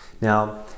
Now